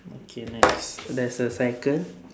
okay next there's a cycle